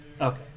Okay